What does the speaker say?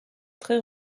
très